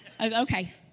Okay